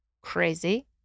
crazy